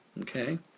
Okay